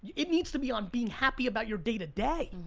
it needs to be on being happy about your day to day.